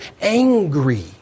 angry